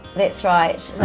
that's right.